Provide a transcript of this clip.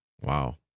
wow